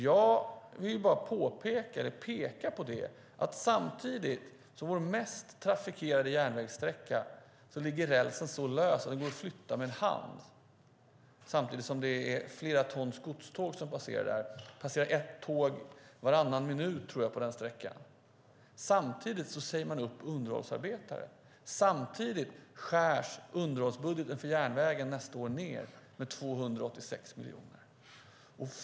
Jag vill bara peka på det faktum att rälsen på vår mest trafikerade järnvägssträcka ligger så lös att den går att flytta med handen samtidigt som det är flera tons godståg som passerar där. Det passerar ett tåg varannan minut, tror jag, på den sträckan. Samtidigt säger man upp underhållsarbetare och skär ned underhållsbudgeten för nästa år med 286 miljoner.